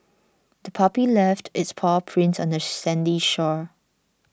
the puppy left its paw prints on the sandy shore